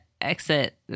exit